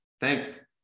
Thanks